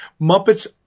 muppets